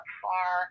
far